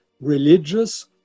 religious